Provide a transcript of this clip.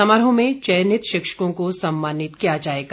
समारोह में चयनित शिक्षकों को सम्मानित किया जाएगा